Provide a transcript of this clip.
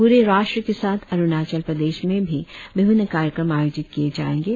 पूरे राष्ट्र के साथ अरुणाचल प्रदेश में भी विभिन्न कार्यक्रम आयोजित किए जाएंगे